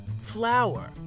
flower